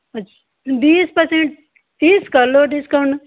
अच्छा बीस पर्सेंट तीस कर लो डिस्काउंट